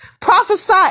prophesy